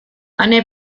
ane